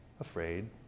Afraid